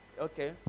okay